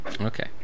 Okay